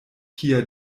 kia